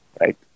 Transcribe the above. right